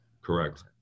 correct